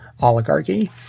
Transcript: oligarchy